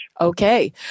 Okay